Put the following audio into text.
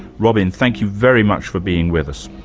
robin thank you very much for being with us.